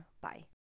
Bye